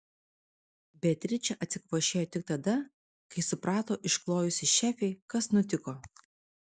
beatričė atsikvošėjo tik tada kai suprato išklojusi šefei kas nutiko